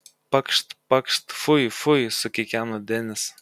pakšt pakšt fui fui sukikeno denis